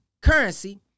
currency